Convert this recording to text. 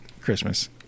Christmas